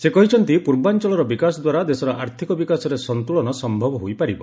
ସେ କହିଛନ୍ତି ପୂର୍ବାଂଚଳର ବିକାଶ ଦ୍ୱାରା ଦେଶର ଆର୍ଥିକ ବିକାଶରେ ସନ୍ତୁଳନ ସମ୍ଭବ ହୋଇପାରିବ